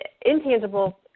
intangible